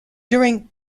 during